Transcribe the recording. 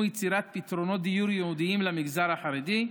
יצירת פתרונות דיור ייעודיים למגזר החרדי,